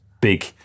big